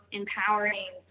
empowering